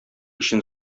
өчен